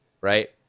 right